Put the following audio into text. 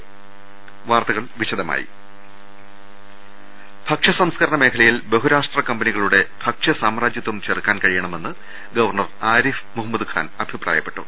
ങ്ങ ൽ ശ്വ ൾ ൾ ൾ ൾ ൾ ഭക്ഷ്യ സംസ്കരണ മേഖലയിൽ ബഹുരാഷ്ട്ര കമ്പനികളുടെ ഭക്ഷ്യ സാമ്രാജത്വം ചെറുക്കാൻ കഴിയണമെന്ന് ഗവർണർ ആരിഫ് മുഹമ്മദ് ഖാൻ അഭിപ്രായപ്പെ ട്ടു